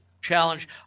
challenge